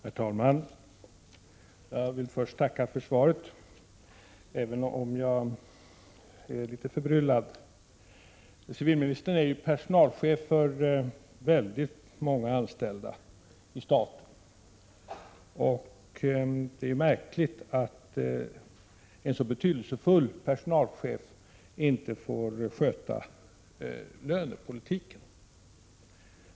Herr talman! Jag vill först tacka för svaret, även om jag är litet förbryllad. Civilministern är ju personalchef för väldigt många anställda i staten, och det är märkligt att en så betydelsefull personalchef inte får sköta lönepolitiken.